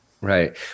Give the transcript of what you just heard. Right